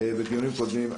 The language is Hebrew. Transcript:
בדיונים קודמים.